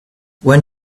when